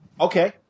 Okay